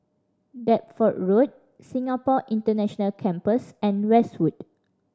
Deptford Road Singapore International Campus and Westwood